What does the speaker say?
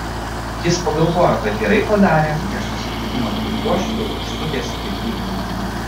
jis pagalvojo kad gerai padarė prieš susitikimą su uošviu užsukęs į kirpyklą